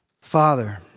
Father